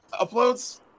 uploads